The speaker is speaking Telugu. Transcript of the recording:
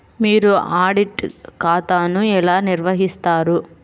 మీరు ఆడిట్ ఖాతాను ఎలా నిర్వహిస్తారు?